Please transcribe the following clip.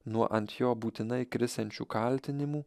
nuo ant jo būtinai krisiančių kaltinimų